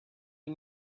you